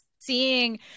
seeing